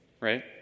right